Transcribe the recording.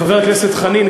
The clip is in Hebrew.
חבר הכנסת חנין,